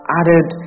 added